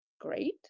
Great